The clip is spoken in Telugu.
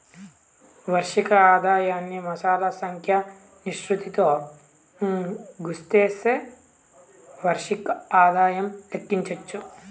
వార్షిక ఆదాయాన్ని మాసాల సంఖ్య నిష్పత్తితో గుస్తిస్తే వార్షిక ఆదాయం లెక్కించచ్చు